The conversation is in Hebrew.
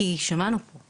כי שמענו את